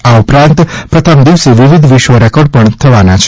આ ઉપરાંત પ્રથમ દિવસે વિવિધ વિશ્વ રેકોર્ડ પણ થવાના છે